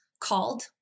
called